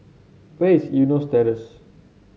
where is Eunos Terrace